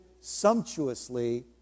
sumptuously